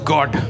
God